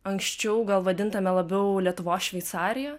anksčiau gal vadintame labiau lietuvos šveicarija